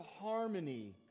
harmony